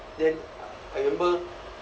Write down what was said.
then I remember